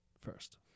first